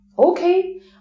Okay